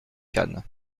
cannes